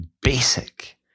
basic